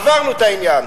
עברנו את העניין.